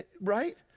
right